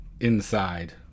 inside